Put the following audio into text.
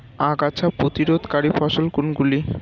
আগাছা প্রতিরোধকারী ফসল কোনগুলি?